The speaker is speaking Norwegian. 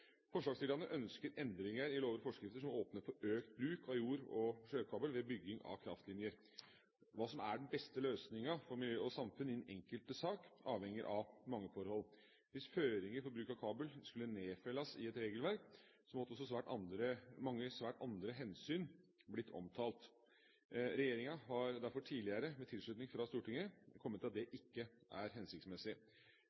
Forslagsstillerne ønsker endringer i lovens forskrifter som åpner for økt bruk av jord- og sjøkabel ved bygging av kraftlinjer. Hva som er den beste løsningen for miljø og samfunn i den enkelte sak, avhenger av mange forhold. Hvis føringer for bruk av kabel skulle nedfelles i et regelverk, måtte svært mange andre hensyn blitt omtalt. Regjeringa har derfor tidligere, med tilslutning fra Stortinget, kommet til at det